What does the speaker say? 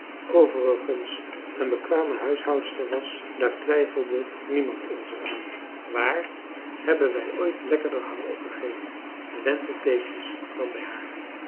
overigens een bekwame huishoudster was daar françois haverschmidt familie en kennissen twijfelde niemand onzer aan waar hebben wij ooit lekkerder hangop gegeten en wentelteefjes dan bij haar